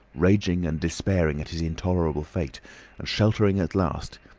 raging and despairing at his intolerable fate, and sheltering at last,